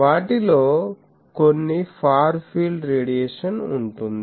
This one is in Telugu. వాటిలో కొన్ని ఫార్ ఫీల్డ్ రేడియేషన్ ఉంటుంది